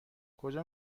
کجا